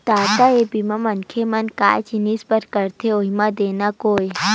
ददा ये बीमा मनखे मन काय जिनिय बर करवात होही तेमा गोय?